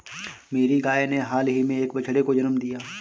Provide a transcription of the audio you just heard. मेरी गाय ने हाल ही में एक बछड़े को जन्म दिया